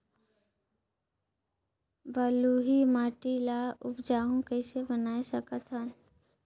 बलुही माटी ल उपजाऊ कइसे बनाय सकत हन?